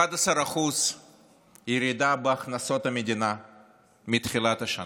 11% ירידה בהכנסות המדינה מתחילת השנה.